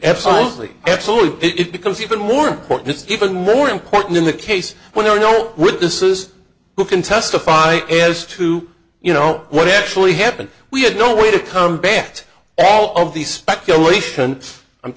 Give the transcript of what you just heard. absolutely absolutely it becomes even more important even more important in the case when there are no witnesses who can testify as to you know what actually happened we had no way to combat all of the speculation i'm